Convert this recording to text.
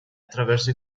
attraverso